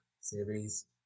series